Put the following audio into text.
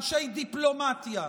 אנשי דיפלומטיה,